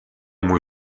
muy